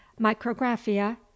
Micrographia